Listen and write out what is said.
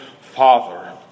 Father